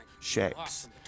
shapes